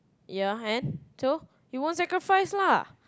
ya and so you want sacrifice lah